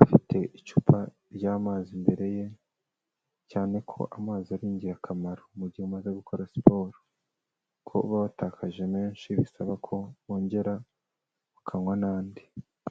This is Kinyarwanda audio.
afite icupa ry'amazi imbere ye, cyane ko amazi ari ingirakamaro mu gihe umaze gukora siporo, kuba watakaje menshi bisaba ko wongera ukanywa n'andi.